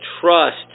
trust